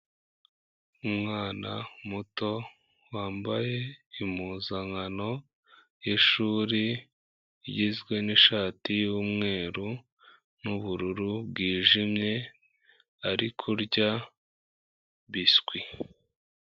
Umwana muto wambaye impuzankano y'ishuri igizwe n'ishati y'umweru, n'ubururu bwijimye ari kurya biswi.